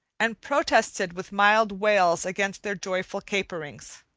and protested with mild wails against their joyful caperings.